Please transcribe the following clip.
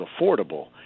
affordable